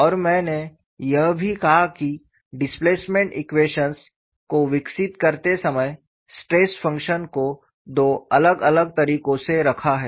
और मैंने यह भी कहा कि डिस्प्लेसमेंट इक्वेशंस को विकसित करते समय स्ट्रेस फंक्शन को दो अलग अलग तरीकों से रखा है